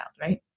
right